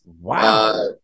Wow